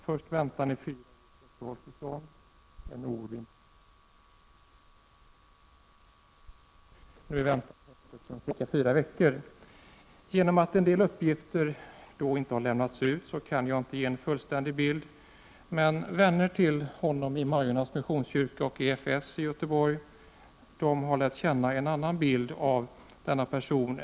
Först väntar han fyra år på uppehållstillstånd — en orimligt lång tid —, därefter fattas ett beslut om utvisning, och nu väntar han i häktet sedan cirka fyra veckor. Genom att en del uppgifter inte lämnats ut kan jag inte ge en fullständig bild i fallet. Vännerna till pojken inom Majornas missionskyrka och EFS i Göteborg har fått en annan bild av denna person.